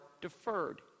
deferred